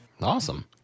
Awesome